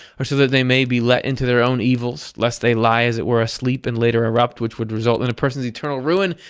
or so that they may be let into their own evils lest they lie as it were asleep and later erupt, which would result in the person's eternal ruin.